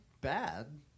bad